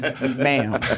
ma'am